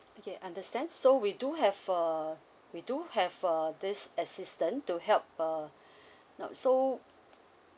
okay understand so we do have uh we do have err this assistant to help uh not so